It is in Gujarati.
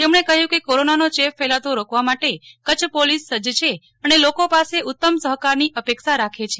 તેમણે કહ્યું કે કોરોના નો ચેપ ફેલાતો રોકવા માટે કચ્છ પોલીસ સજ્જ છે અને લોકો પાસે ઉત્તમ સહકાર ની અપેક્ષા રાખે છે